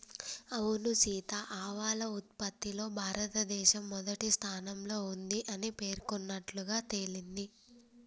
అవును సీత ఆవాల ఉత్పత్తిలో భారతదేశం మొదటి స్థానంలో ఉంది అని పేర్కొన్నట్లుగా తెలింది